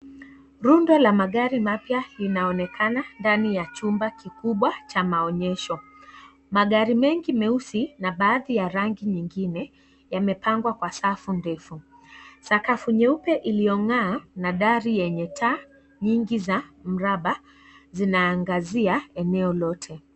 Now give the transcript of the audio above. Rundo la magari mapya linaonekana ndani ya chumba kikubwa cha maonyesho . Magari mengi meusi na baadhi ya rangi nyingine yamepangwa kwa safi ndefu. Sakafu nyeupe iliyong'aa na gari yenye taa nyingi za mraba zinaangazia eneo lote.